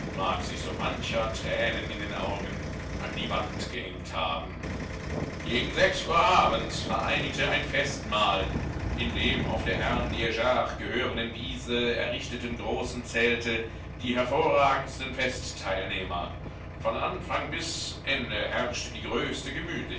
mag sie so mancher tränen in den augen an die wand gehängt haben gegen sechs uhr abends vereinigte ein festmahl in dem auf der herrn ligeard gehörenden wiese errichteten großen zelte die hervorragendsten festteilnehmer von anfang bis ende herrschte die größte